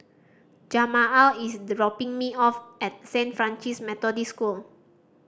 Jamaal is the dropping me off at Saint Francis Methodist School